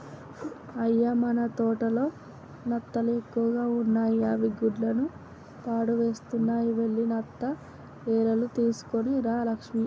అయ్య మన తోటలో నత్తలు ఎక్కువగా ఉన్నాయి అవి గుడ్డలను పాడుసేస్తున్నాయి వెళ్లి నత్త ఎరలు తీసుకొని రా లక్ష్మి